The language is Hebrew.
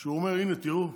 שהוא אומר: הינה, תראו,